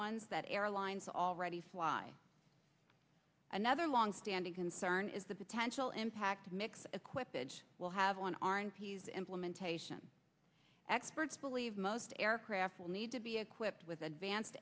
ones that airlines already fly another longstanding concern is the potential impact mix equipage will have on our n p s implementation experts believe most aircraft will need to be equipped with advanced